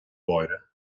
mháire